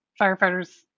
firefighters